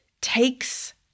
takes